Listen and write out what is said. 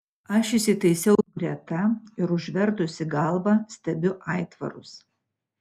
aš įsitaisau greta ir užvertusi galvą stebiu aitvarus